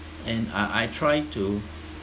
and I I try to